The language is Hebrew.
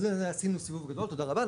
עשינו סיבוב גדול תודה רבה,